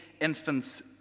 infant's